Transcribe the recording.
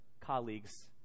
colleagues